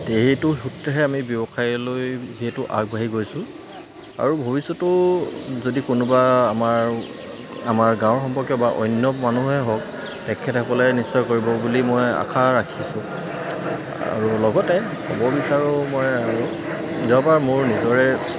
এইটো সুত্ৰেহে আমি ব্যৱসায়লৈ যিহেতু আগবাঢ়ি গৈছোঁ আৰু ভৱিষ্যতেও যদি কোনোবা আমাৰ আমাৰ গাঁৱৰ সম্পৰ্কীয় বা অন্য মানুহে হওক তেখেতসকলে নিশ্চয় কৰিব বুলি মই আশা ৰাখিছোঁ আৰু লগতে ক'ব বিচাৰোঁ মই আৰু যোৱাবাৰ মোৰ নিজৰে